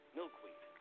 milkweed